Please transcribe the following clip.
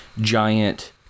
giant